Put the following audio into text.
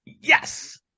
yes